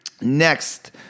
Next